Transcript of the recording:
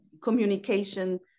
Communication